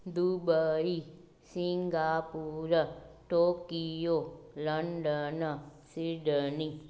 Dubai Singapore Tokyo London Sydney